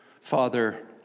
Father